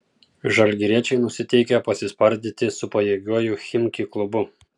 žalgiriečiai nusiteikę pasispardyti su pajėgiuoju chimki klubu